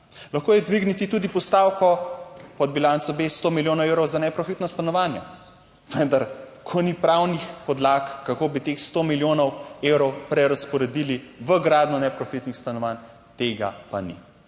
lahko je dvigniti tudi postavko pod bilanco B, 100 milijonov evrov za neprofitna stanovanja, vendar ko ni pravnih podlag kako bi teh 100 milijonov evrov prerazporedili v gradnjo neprofitnih stanovanj, tega pa ni.